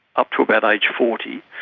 up to about age forty,